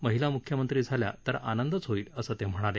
महिला मुख्यमंत्री झाल्या तर आनंद होईल असं ते म्हणाले